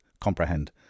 comprehend